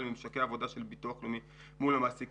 לממשקי העבודה של הביטוח הלאומי מול המעסיקים,